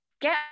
get